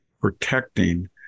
protecting